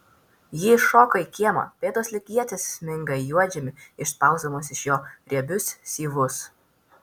ji iššoka į kiemą pėdos lyg ietys sminga į juodžemį išspausdamos iš jo riebius syvus